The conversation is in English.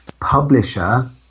publisher